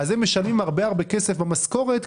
הם משלמים הרבה כסף במשכורת,